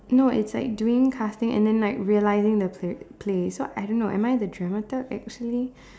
no it's like doing casting and then like realizing the play play so I don't know am I the drama type actually